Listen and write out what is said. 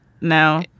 No